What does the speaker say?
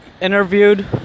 interviewed